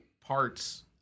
parts –